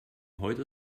heute